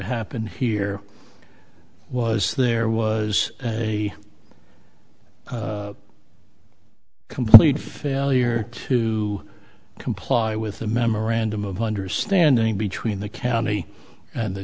happened here was there was a complete failure to comply with the memorandum of understanding between the county and the